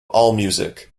allmusic